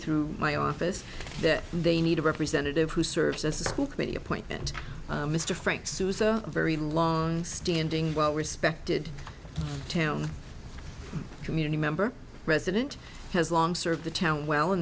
through my office that they need a representative who serves as a school committee appointment mr frank sue is a very long standing well respected town community member resident has long served the town well in